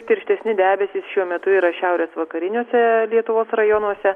tirštesni debesys šiuo metu yra šiaurės vakariniuose lietuvos rajonuose